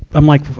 i'm, like,